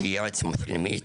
ש --- פנימית